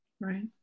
Right